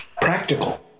practical